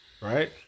Right